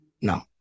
No